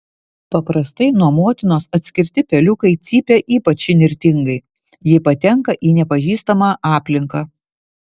paprastai nuo motinos atskirti peliukai cypia ypač įnirtingai jei patenka į nepažįstamą aplinką